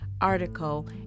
article